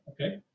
okay